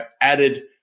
added